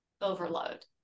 overload